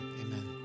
Amen